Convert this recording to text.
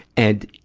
and,